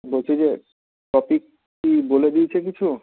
বলছি যে টপিক কি বলে দিয়েছে কিছু